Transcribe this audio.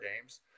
games